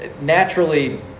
naturally